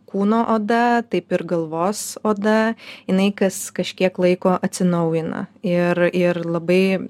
kūno oda taip ir galvos oda jinai kas kažkiek laiko atsinaujina ir ir labai